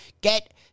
get